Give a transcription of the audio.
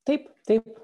taip taip